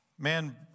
man